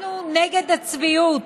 אנחנו נגד הצביעות.